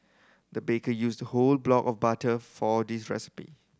the baker used whole block of butter for this recipe